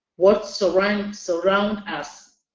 what surrounds surrounds us.